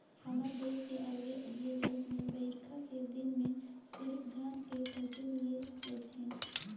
हमर देस के अलगे अलगे रायज में बईरखा के दिन में सिरिफ धान के फसल ले थें